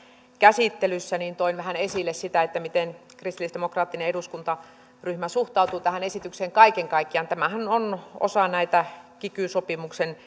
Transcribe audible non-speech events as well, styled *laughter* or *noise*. käsittelyssä toin vähän esille sitä miten kristillisdemokraattinen eduskuntaryhmä suhtautuu tähän esitykseen kaiken kaikkiaan tämähän on osa näitä kiky sopimuksen *unintelligible*